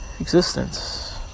existence